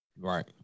Right